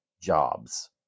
jobs